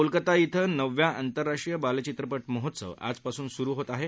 कोलकत्ता शें नवव्या आंतरराष्ट्रीय बालचित्रपट महोत्सव आजपासून सुरु होत आहे